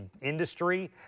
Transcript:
industry